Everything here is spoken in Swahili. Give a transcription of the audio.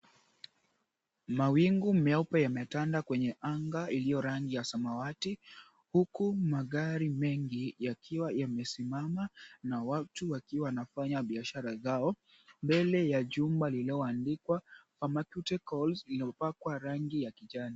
Mawingu meupe yametanda kwenye anga iliyo rangi ya samawati huku magari mengi yakiwa yamesimama na watu wakiwa wanafanya biashara zao mbele ya jumba lililoandikwa, Pharmaceuticals, iliyopakwa rangi ya kijani.